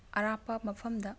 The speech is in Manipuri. ꯑꯔꯥꯞꯄ ꯃꯐꯝꯗ